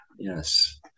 Yes